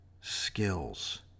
skills